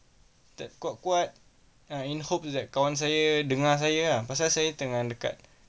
tap kuat-kuat uh in hope that kawan saya dengar saya ah pasal saya tengah dekat